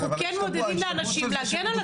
אנחנו כן מעודדים אנשים להגן על עצמם.